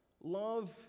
Love